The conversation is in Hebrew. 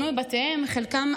חלקם,